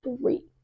three